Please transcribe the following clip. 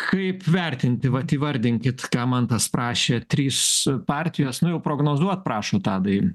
kaip vertinti vat įvardinkit ką mantas prašė trys partijos nu jau prognozuot prašo tadai